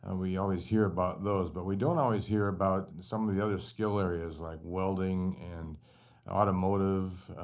and we always hear about those. but we don't always hear about some of the other skill areas, like welding, and automotive,